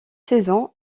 saisons